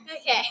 Okay